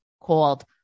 called